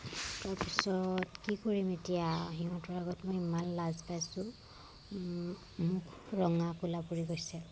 তাৰপিছত কি কৰিম এতিয়া সিহঁতৰ আগত মই ইমান লাজ পাইছোঁ মুখ ৰঙা ক'লা পৰি গৈছে